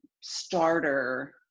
starter